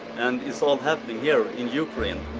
and it's all happening here in. yeah